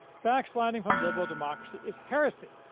backsliding from liberal democracy is heresy,